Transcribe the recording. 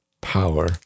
power